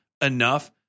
enough